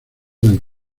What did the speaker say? del